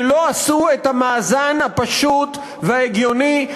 שלא עשו את המאזן הפשוט וההגיוני,